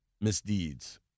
misdeeds